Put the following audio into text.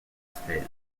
phase